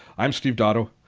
i'm steve dotto.